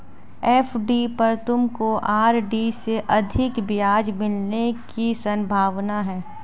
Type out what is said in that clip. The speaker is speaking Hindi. एफ.डी पर तुमको आर.डी से अधिक ब्याज मिलने की संभावना है